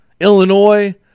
Illinois